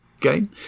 game